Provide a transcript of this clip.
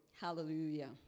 Hallelujah